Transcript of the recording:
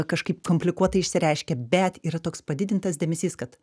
kažkaip komplikuotai išsireiškia bet yra toks padidintas dėmesys kad